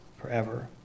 forever